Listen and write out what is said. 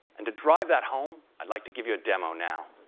and to drive that home, i'd like to give you demo now.